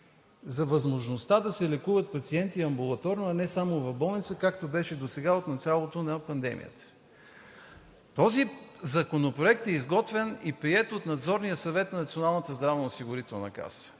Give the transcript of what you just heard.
за възможността да се лекуват пациенти амбулаторно, а не само в болница, както беше досега от началото на пандемията. Този законопроект е изготвен и приет от Надзорния съвет на Националната здравноосигурителна каса,